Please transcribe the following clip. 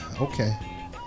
Okay